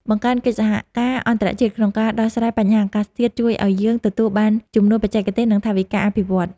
បង្កើនកិច្ចសហការអន្តរជាតិក្នុងការដោះស្រាយបញ្ហាអាកាសធាតុជួយឱ្យយើងទទួលបានជំនួយបច្ចេកទេស និង ថវិកាអភិវឌ្ឍន៍។